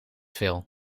veel